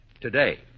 today